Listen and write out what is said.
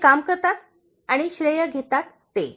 जे काम करतात आणि श्रेय घेतात ते